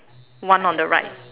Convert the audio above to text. one on the right